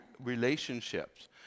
relationships